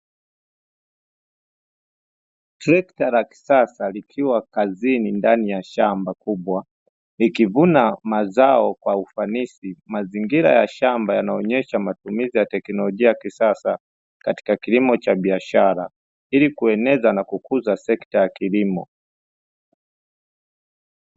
Trekta la kisasa likiwa kazini ndani ya shamba kubwa likivuna mazao kwa ufanisi. Mazingira ya shamba yanaonyesha matumizi ya teknolojia ya kisasa katika kilimo cha biashara ili kueneza na kukuza sekta ya kilimo.